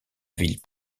ville